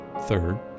Third